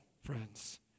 friends